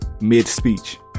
mid-speech